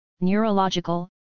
neurological